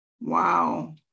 Wow